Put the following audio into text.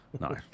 No